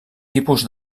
tipus